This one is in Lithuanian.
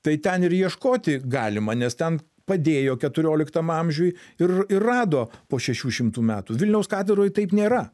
tai ten ir ieškoti galima nes ten padėjo keturioliktam amžiuj ir ir rado po šešių šimtų metų vilniaus katedroj taip nėra